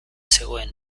zegoen